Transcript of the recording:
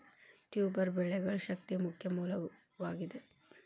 tuber ಬೆಳೆಗಳು ಶಕ್ತಿಯ ಮುಖ್ಯ ಮೂಲವಾಗಿದೆ